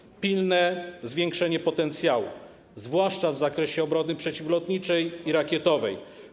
Chodzi o pilne zwiększenie potencjału, zwłaszcza w zakresie obrony przeciwlotniczej i rakietowej.